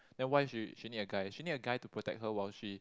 then why she she need a guy she need a guy to protect her while she